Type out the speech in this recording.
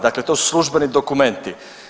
Dakle to su službeni dokumenti.